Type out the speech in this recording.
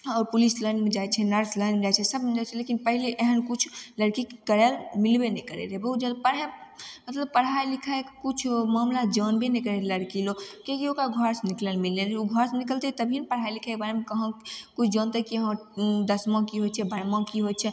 police लाइनमे जाइ छै नर्स लाइनमे जाइ छै सबमे जाइ छै लेकिन पहिले एहन किछु लड़कीके करय लए मिलबय नहि करय रहय बहुत जादा पढ़ाइ मतलब पढ़ाइ लिखाइ कुछो मामिला जानबय नहि करय रहय लड़की लोग किएक कि ओकरा घरसँ निकलय लए मिलय नहि रहय ओ घरसँ निकलतय तभिये ने पढ़ाइ लिखाइके बारेमे कहाँ किछु जानतय कि हन दसमा की होइ छै बारहवाँ की होइ छै